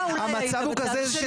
המצב הוא כזה ,